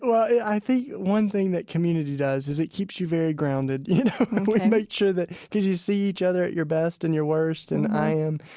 i think one thing that community does is it keeps you very grounded, you know? ok we make sure that, because you see each other at your best and your worst. and i am,